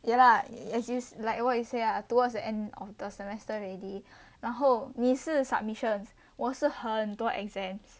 ya lah as you sa~ like what you say ah towards the end of the semester already 然后你是 submissions 我是很多 exam